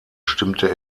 stimmte